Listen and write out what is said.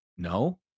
No